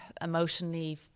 emotionally